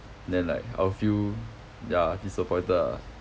then like I'll feel ya disappointed ah